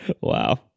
wow